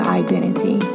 identity